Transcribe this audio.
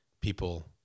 people